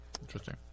interesting